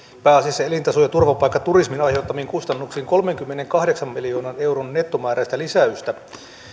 pääasiassa elintaso ja turvapaikkaturismin aiheuttamiin kustannuksiin kolmenkymmenenkahdeksan miljoonan euron nettomääräistä lisäystä